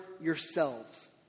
yourselves